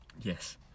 Yes